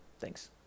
thanks